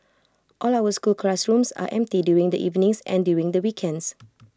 all our school classrooms are empty during the evenings and during the weekends